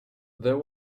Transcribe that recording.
there